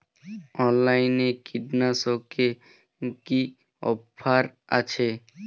অনলাইনে কীটনাশকে কি অফার আছে?